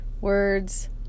words